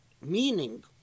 meaning